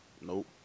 Nope